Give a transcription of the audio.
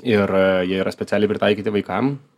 ir a jie yra specialiai pritaikyti vaikam